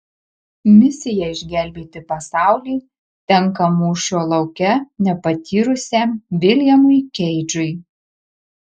misija išgelbėti pasaulį tenka mūšio lauke nepatyrusiam viljamui keidžui